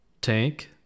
tank